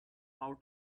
how